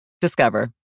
Discover